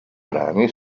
brani